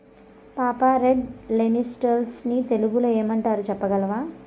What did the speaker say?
పాపా, red lentils ని తెలుగులో ఏమంటారు చెప్పగలవా